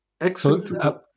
excellent